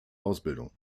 ausbildung